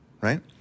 right